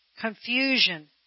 Confusion